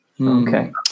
Okay